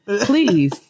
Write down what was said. please